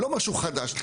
לא משהו חדש.